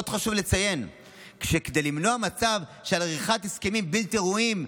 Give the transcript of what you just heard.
עוד חשוב לציין שכדי למנוע מצב של עריכת הסכמים בלתי ראויים,